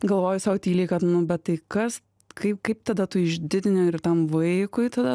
galvoji sau tyliai kad nu bet tai kas kaip kaip tada tu išdidini ir tam vaikui tada